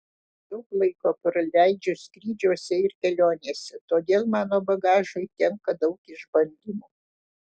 daug laiko praleidžiu skrydžiuose ir kelionėse todėl mano bagažui tenka daug išbandymų